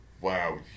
Wow